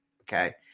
okay